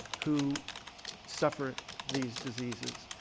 who suffer these diseases.